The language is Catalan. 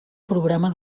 programa